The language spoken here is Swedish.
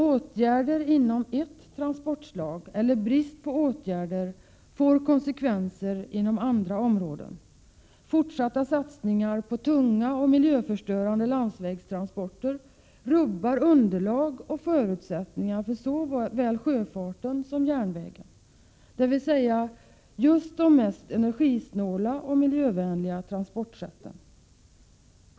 Åtgärder inom ett transportslag — eller brist på åtgärder — får konsekvenser inom andra. Fortsatta satsningar på tunga och miljöförstörande landsvägstransporter rubbar underlag och förutsättningar för såväl sjöfarten som järnvägen, dvs. just de mest energisnåla och miljövänliga transportsätten.